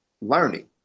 learning